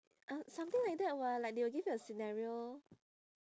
uh something like that [what] like they will give you a scenario